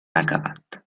acabat